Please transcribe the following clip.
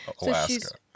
Alaska